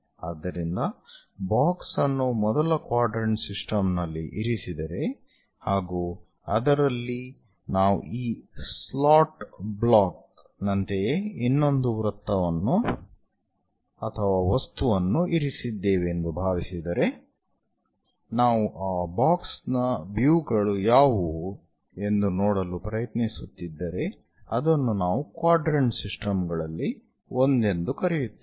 ಆದ್ದರಿಂದ ಬಾಕ್ಸ್ ಅನ್ನು ಮೊದಲ ಕ್ವಾಡ್ರೆಂಟ್ ಸಿಸ್ಟಮ್ ನಲ್ಲಿ ಇರಿಸಿದರೆ ಹಾಗೂ ಅದರಲ್ಲಿ ನಾವು ಈ ಸ್ಲಾಟ್ ಬ್ಲಾಕ್ ನಂತೆಯೇ ಇನ್ನೊಂದು ವಸ್ತುವನ್ನು ಇರಿಸಿದ್ದೇವೆ ಎಂದು ಭಾವಿಸಿದರೆ ನಾವು ಆ ಬಾಕ್ಸ್ ನ ವ್ಯೂ ಗಳು ಯಾವುವು ಎಂದು ನೋಡಲು ಪ್ರಯತ್ನಿಸುತ್ತಿದ್ದರೆ ಅದನ್ನು ನಾವು ಕ್ವಾಡ್ರೆಂಟ್ ಸಿಸ್ಟಮ್ ಗಳಲ್ಲಿ ಒಂದೆಂದು ಕರೆಯುತ್ತೇವೆ